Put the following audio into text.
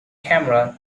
cameron